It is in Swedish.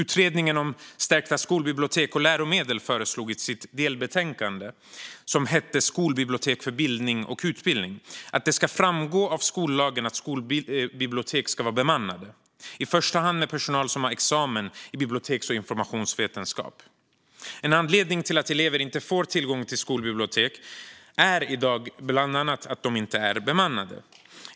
Utredningen om stärkta skolbibliotek och läromedel föreslog i sitt delbetänkande Skolbibliotek för bildning och utbildning att det ska framgå av skollagen att skolbibliotek ska vara bemannade, i första hand med personal som har examen i biblioteks och informationsvetenskap. En av anledningarna till att elever i dag inte får tillgång till skolbibliotek är att dessa inte är bemannade.